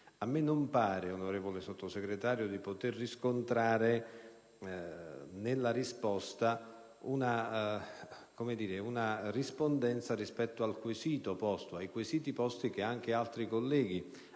A me non pare, onorevole Sottosegretario, di poter riscontrare nella sua risposta una rispondenza rispetto ai quesiti posti, che anche altri colleghi hanno